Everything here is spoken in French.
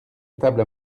table